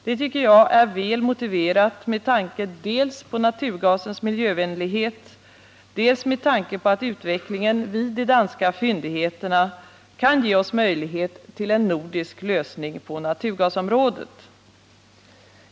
Det tycker jag är väl motiverat dels med tanke på naturgasens miljövänlighet, dels med tanke på att utvecklingen vid de danska fyndigheterna kan ge oss möjlighet till en nordisk lösning på naturgasområdet.